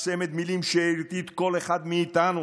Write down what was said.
צמד מילים שהרטיט כל אחד מאיתנו